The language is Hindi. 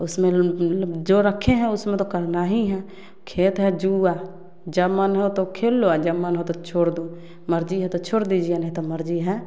उसमें जो रखे हैं उसमें तो करना ही हैं खेत हैं जुआ जब मन हो तो खेल लो जब मन हो तो छोड़ दो मर्जी हैं तो छोड़ दीजिए नहीं तो मर्जी हैं